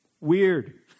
weird